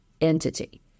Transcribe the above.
entity